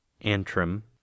Antrim